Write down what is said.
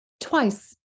twice